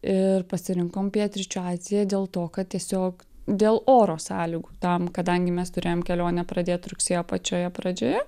ir pasirinkom pietryčių aziją dėl to kad tiesiog dėl oro sąlygų tam kadangi mes turėjom kelionę pradėt rugsėjo pačioje pradžioje